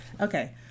Okay